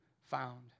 found